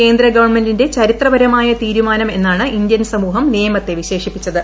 കേന്ദ്ര ഗവൺമെന്റിന്റെ ചരിത്രപരമായ തീരുമാനമെന്നാണ് ഇന്ത്യൻ സ്മൂഹം നിയമത്തെ വിശേഷിപ്പിച്ചത്